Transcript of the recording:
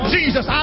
Jesus